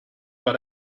but